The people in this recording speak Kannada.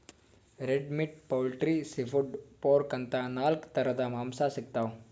red meat, poultry, seafood, pork ಅಂತಾ ನಾಲ್ಕ್ ಥರದ್ ಮಾಂಸಾ ಸಿಗ್ತವ್